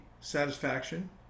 satisfaction